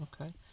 Okay